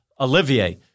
Olivier